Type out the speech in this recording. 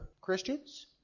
Christians